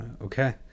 okay